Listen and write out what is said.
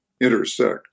intersect